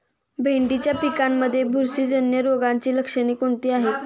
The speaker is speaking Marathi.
भेंडीच्या पिकांमध्ये बुरशीजन्य रोगाची लक्षणे कोणती आहेत?